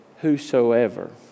Whosoever